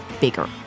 bigger